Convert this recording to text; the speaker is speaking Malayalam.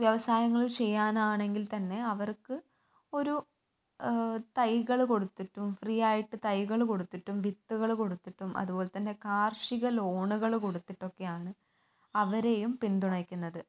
വ്യവസായങ്ങൾ ചെയ്യാനാണെങ്കിൽ തന്നെ അവർക്ക് ഒരു തൈകൾ കൊടുത്തിട്ടും ഫ്രീ ആയിട്ട് തൈകൾ കൊടുത്തിട്ടും വിത്തുകൾ കൊടുത്തിട്ടും അതുപോലെ തന്നെ കാർഷിക ലോണുകൾ കൊടുത്തിട്ടൊക്കെയാണ്